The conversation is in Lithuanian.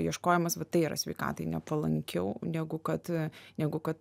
ieškojimas va tai yra sveikatai nepalankiau negu kad negu kad